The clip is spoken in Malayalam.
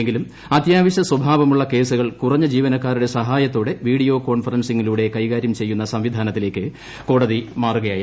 എങ്കിലും അത്യാവശ്യ സ്വഭാവമുള്ള കേസുകൾ കുറഞ്ഞ ജീവനക്കാരുടെ സഹായത്തോടെ വീഡിയോ കോൺഫറൻസിംഗിലൂടെ കൈകാര്യം ചെയ്യൂന്ന സംവിധാനത്തിലേയ്ക്ക് കോടതി മാറുകയായിരുന്നു